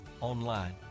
online